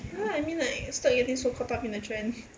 ya I mean like stop getting so caught up in the trend